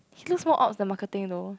he looks more ops than marketing though